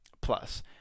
Plus